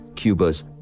Cuba's